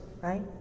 right